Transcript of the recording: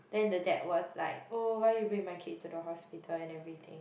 then the dad was like oh why you bring my kid to the hospital and everything